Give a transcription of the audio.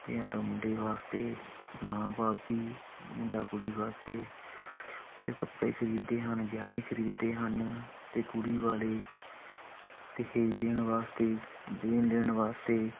ਅਤੇ ਜਾਂ ਤਾਂ ਮੁੰਡੇ ਵਾਸਤੇ ਮਾਂ ਬਾਪ ਵੀ ਮੁੰਡਾ ਕੁੜੀ ਵਾਸਤੇ ਫਿਰ ਕੱਪੜੇ ਖਰੀਦਦੇ ਹਨ ਗਹਿਣੇ ਖਰੀਦੇ ਹਨ ਅਤੇ ਕੁੜੀ ਵਾਲੇ ਦਹੇਜ ਦੇਣ ਵਾਸਤੇ ਦੇਣ ਲੈਣ ਵਾਸਤੇ